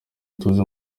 ituze